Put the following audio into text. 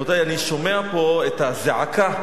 רבותי, אני שומע פה את הזעקה,